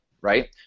right